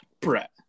Brett